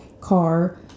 car